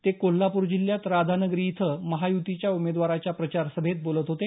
ते कोल्हापूर जिल्ह्यात राधानगरी इथं महायुतीच्या उमेदवाराच्या प्रचार सभेत बोलत होते